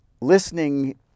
listening